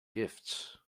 gifts